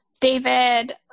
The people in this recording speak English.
David